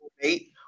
eight